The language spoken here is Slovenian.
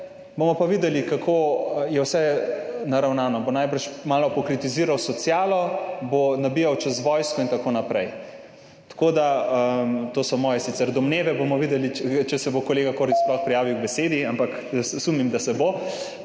bomo pa videli, kako je vse naravnano, bo najbrž malo pokritiziral socialo, nabijal bo čez vojsko in tako naprej. To so sicer moje domneve, bomo videli, če se bo kolega Kordiš sploh prijavil k besedi, ampak sumim, da se bo.